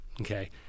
Okay